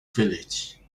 village